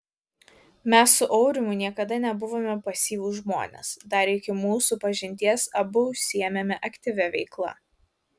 mes su aurimu niekada nebuvome pasyvūs žmonės dar iki mūsų pažinties abu užsiėmėme aktyvia veikla